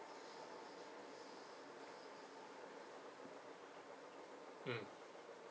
mm